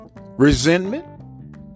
Resentment